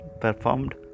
performed